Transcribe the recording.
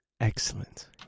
excellent